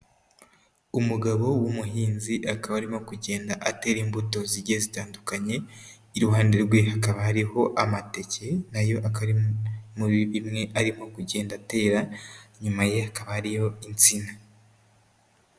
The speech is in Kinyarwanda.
Umugabo w'umuhinzi, akaba arimo kugenda atera imbuto zigiye zitandukanye, iruhande rwe hakaba hariho amateke na yo akaba ari muri bimwe arimo kugenda atera, inyuma ye hakaba hariyo insina.